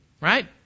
right